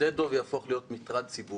שדה דב יהפוך להיות מטרד ציבורי,